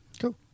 Cool